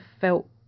felt